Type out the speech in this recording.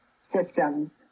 systems